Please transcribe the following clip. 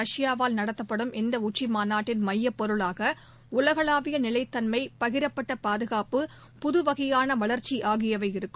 ரஷ்பாவால் நடத்தப்படும் இந்தஉச்சிமாநாட்டின் மையப்பொருளாகஉலகளாவியநிலைத்தன்மைபகிரப்பட்டபாதுகாப்பு புது வகையானவளர்ச்சிஆகியவைமையப்பொருளாக இருக்கும்